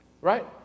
Right